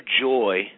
joy